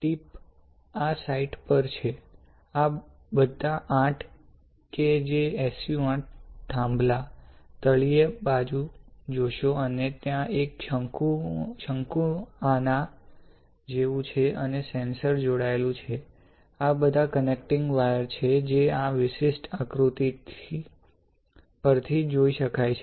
tip આ site પર છે આ બધા 8 કે જે SU 8 થાંભલ તળિયે બાજુએ જોશે અને ત્યાં એક શંકુ આના જેવું છે અને સેન્સર જોડાયેલું છે આ બધા કનેક્ટિંગ વાયર છે જે આ વિશિષ્ટ આકૃતિ પરથી જોઈ શકાય છે